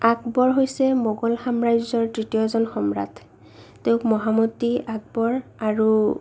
আকবৰ হৈছে মোগল সাম্ৰাজ্যৰ দ্বিতীয়জন সম্ৰাট তেওঁক মহামতী আকবৰ আৰু